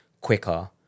quicker